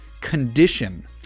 condition